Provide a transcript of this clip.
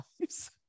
lives